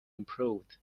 improved